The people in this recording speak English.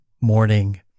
morning